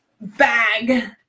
bag